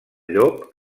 llop